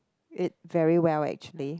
it very well actually